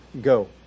go